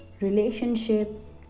relationships